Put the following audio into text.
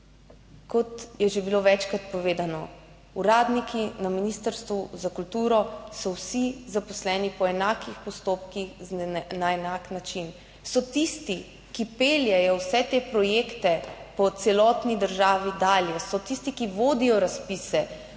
Kot je že bilo večkrat povedano, uradniki na Ministrstvu za kulturo so vsi zaposleni po enakih postopkih, na enak način. So tisti, ki peljejo vse te projekte po celotni državi dalje. So tisti, ki vodijo razpise,